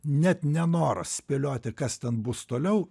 net nenoras spėlioti kas ten bus toliau